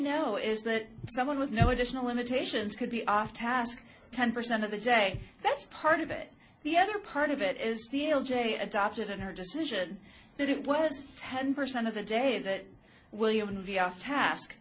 know is that someone was no additional limitations could be our task ten percent of the day that's part of it the other part of it is the l j adopted and her decision that it was ten percent of the day that william v our task